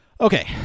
Okay